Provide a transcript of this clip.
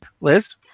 Liz